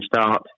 start